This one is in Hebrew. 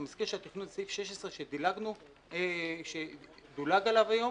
אני מזכיר שהתכנון זה סעיף 16 שדולג היום